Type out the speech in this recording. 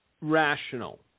rational